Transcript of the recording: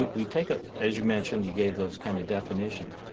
we take ah as you mentioned you gave those kind of definitions.